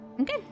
Okay